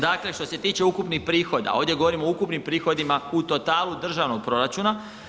Dakle, što se tiče ukupnih prihoda, ovdje govorim o ukupnim prihodima u totalu državnog proračuna.